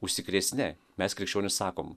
užsikrėsi ne mes krikščionys sakom